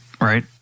right